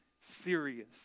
serious